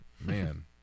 man